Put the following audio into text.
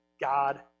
God